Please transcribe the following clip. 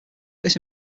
this